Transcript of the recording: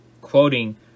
quoting